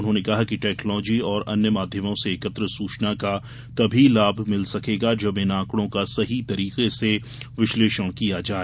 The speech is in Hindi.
उन्होंने कहा कि टैक्नोलॉजी और अन्य माध्यमों से एकत्र सूचना का तभी लाभ मिल सकेगा जब इन आंकड़ों का सही तरीके से विश्लेषण किया जाए